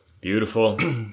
Beautiful